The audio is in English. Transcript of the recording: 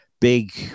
big